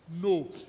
No